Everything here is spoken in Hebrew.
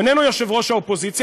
הוא איננו יושב-ראש האופוזיציה.